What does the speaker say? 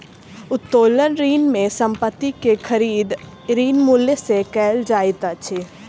उत्तोलन ऋण में संपत्ति के खरीद, ऋण मूल्य सॅ कयल जाइत अछि